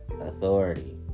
authority